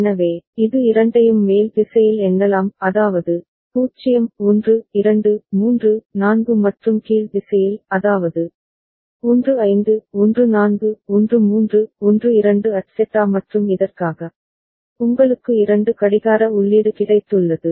எனவே இது இரண்டையும் மேல் திசையில் எண்ணலாம் அதாவது 0 1 2 3 4 மற்றும் கீழ் திசையில் அதாவது 15 14 13 12 etcetera மற்றும் இதற்காக உங்களுக்கு இரண்டு கடிகார உள்ளீடு கிடைத்துள்ளது